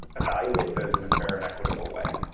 evaluate those in a fair and equitable way.